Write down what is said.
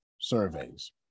Surveys